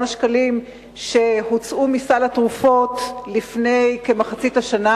השקלים שהוצאו מסל התרופות לפני כמחצית השנה.